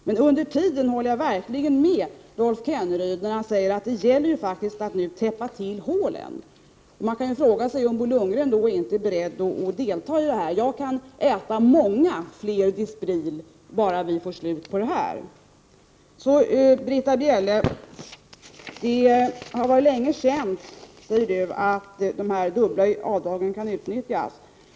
Men under tiden håller jag verkligen med Rolf Kenneryd, när han säger att det nu faktiskt gäller att täppa till hålen. Man kan fråga sig om Bo Lundgren inte är beredd att delta i beslutet. Jag kan äta många fler Dispril bara vi får slut på detta. Britta Bjelle säger att det har varit känt länge att de dubbla avdragen kan utnyttjas.